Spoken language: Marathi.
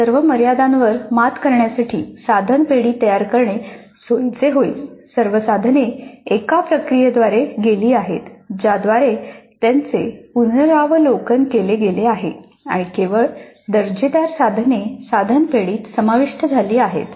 या सर्व मर्यादांवर मात करण्यासाठी साधन पेढी तयार करणे सोयीचे होईल सर्व साधने एका प्रक्रियेद्वारे गेली आहेत ज्याद्वारे त्यांचे पुनरावलोकन केले गेले आहे आणि केवळ दर्जेदार साधने साधन पेढीेत समाविष्ट झाली आहेत